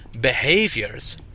behaviors